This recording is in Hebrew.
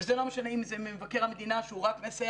וזה לא משנה אם זה מבקר המדינה שהוא רק מסייע